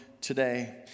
today